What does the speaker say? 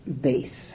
base